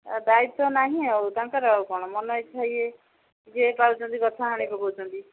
ଦାୟିତ୍ଵ ନାହିଁ ଆଉ ତାଙ୍କର କ'ଣ ମନ ଇଚ୍ଛା ଇଏ ଯିଏ ପାରୁଛନ୍ତି ଗଛ ହାଣି ପକଉଛନ୍ତି